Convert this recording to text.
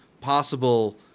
possible